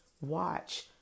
watch